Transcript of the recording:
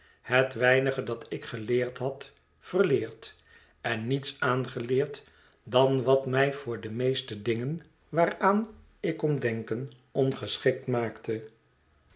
het weinige dat ik geleerd had verleerd en niets aangeleerd dan wat mij voor de meeste dingen waaraan ik kon denken ongeschikt maakte